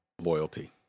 Loyalty